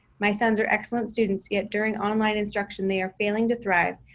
my sons are excellent students yet during online instruction, they are failing to thrive,